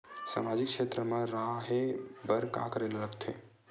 सामाजिक क्षेत्र मा रा हे बार का करे ला लग थे